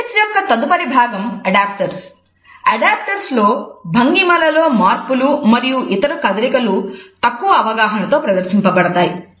kinesics లో భంగిమలలో మార్పులు మరియు ఇతర కదలికలు తక్కువ అవగాహనతో ప్రదర్శింపబడతాయి